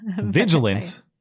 vigilance